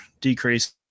decrease